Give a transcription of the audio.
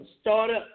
startup